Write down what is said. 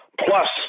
plus